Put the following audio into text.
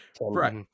right